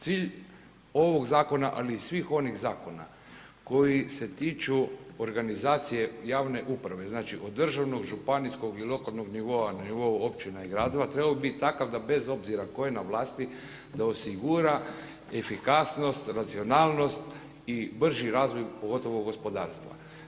Cilj ovog zakona ali i svih onih zakona koji se tiču organizacije javne uprave, znači od državnog, županijskog i lokalnog nivoa na nivou općina i gradova treba biti takav da bez obzira tko je na vlasti da osigura efikasnost, racionalnost i brži razvoj pogotovo gospodarstva.